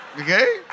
Okay